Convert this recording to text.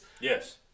yes